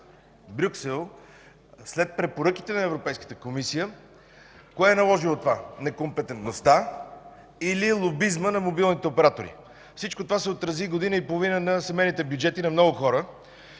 Брюксел след препоръките на Европейската комисия? Кое е наложило това – некомпетентността или лобизма на мобилните оператори? Всичко това се отрази година и половина върху семейните бюджети на много хора.